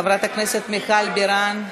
חברת הכנסת מיכל בירן,